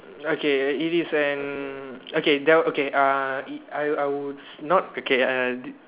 okay it is an okay there okay uh is I was I was not okay and I